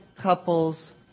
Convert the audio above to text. couples